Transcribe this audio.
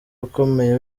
ukomeye